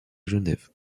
genève